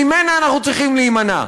שממנה אנחנו צריכים להימנע.